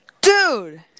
Dude